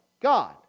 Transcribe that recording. God